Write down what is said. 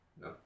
No